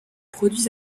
produits